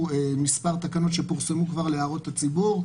מספר תקנות שפורסמו כבר להערות הציבור,